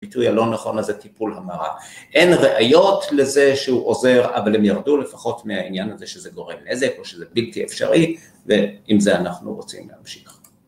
ביטוי הלא נכון הזה, טיפול המרה. אין ראיות לזה שהוא עוזר, אבל הם ירדו לפחות מהעניין הזה שזה גורם נזק או שזה בלתי אפשרי, ואם זה אנחנו רוצים להמשיך.